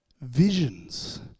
visions